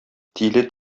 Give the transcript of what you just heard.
тиле